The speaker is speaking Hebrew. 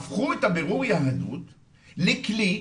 הפכו את הבירור יהדות, לכלי,